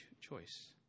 choice